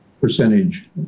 percentage